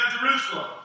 Jerusalem